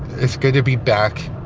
it's good to be back